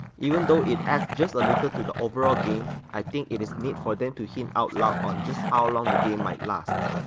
even though it adds just a little to the overall game, i think it is neat for them to hint out loud on just how long the game might last.